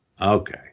Okay